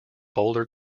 boulder